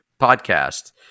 podcast